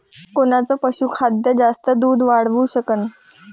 कोनचं पशुखाद्य जास्त दुध वाढवू शकन?